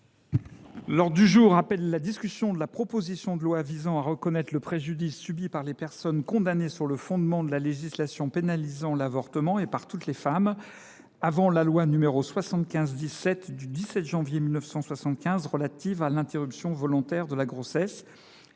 Écologiste et Républicain, de la proposition de loi visant à reconnaître le préjudice subi par les personnes condamnées sur le fondement de la législation pénalisant l’avortement, et par toutes les femmes, avant la loi n° 75 17 du 17 janvier 1975 relative à l’interruption volontaire de la grossesse,